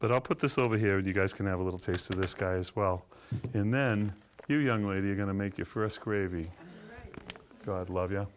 but i'll put this over here and you guys can have a little taste of this guy as well in then you young lady you're going to make your first gravy god love y